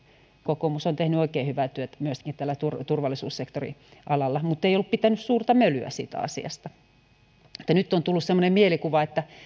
kokoomus on tehnyt oikein hyvää työtä myöskin turvallisuussektorialalla mutta ei ollut pitänyt suurta mölyä siitä asiasta eli nyt on tullut semmoinen mielikuva että